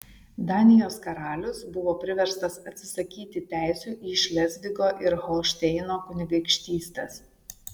danijos karalius buvo priverstas atsisakyti teisių į šlezvigo ir holšteino kunigaikštystes